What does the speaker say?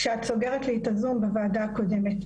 כשאת סוגרת לי את הזום בוועדה הקודמת,